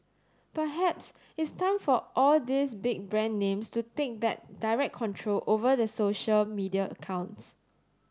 perhaps it's time for all these big brand names to take back direct control over their social media accounts